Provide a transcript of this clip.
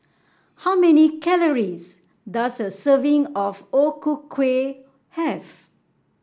how many calories does a serving of O Ku Kueh have